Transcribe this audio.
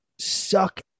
suck